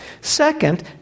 Second